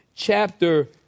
chapter